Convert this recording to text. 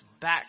back